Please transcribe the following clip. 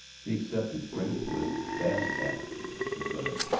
he accepted frink with vast apathy he grunted,